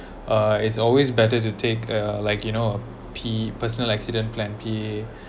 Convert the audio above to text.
uh it's always better to take uh like you know a P personal accident plan P